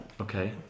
Okay